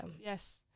yes